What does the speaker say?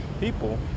people